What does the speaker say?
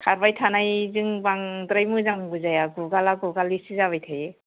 खारबाय थानायजों बांद्राय मोजांबो जाया गुगाला गुगालिसो जाबाय थायो